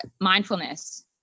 mindfulness